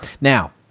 Now